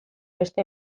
beste